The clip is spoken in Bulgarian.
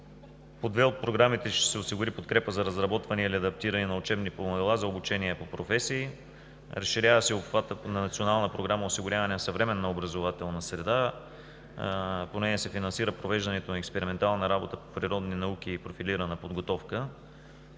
По две от програмите ще се осигури подкрепа за разработване или адаптиране на учебни помагала за обучение по професии. Разширява се обхватът на Национална програма „Осигуряване на съвременна образователна среда“. По нея се финансира провеждането на експериментална работа по природни науки и профилирана подготовка,